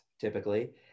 typically